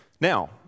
Now